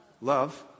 Love